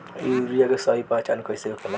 Urea के सही पहचान कईसे होखेला?